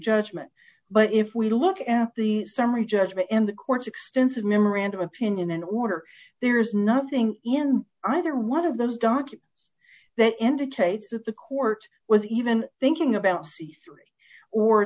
judgment but if we look at the summary judgment in the court's extensive memorandum opinion in order there is nothing in either one of those dots that indicates that the court was even thinking about these or